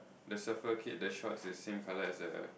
the surfer kid the short is same colour as the